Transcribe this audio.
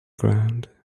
ground